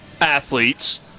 athletes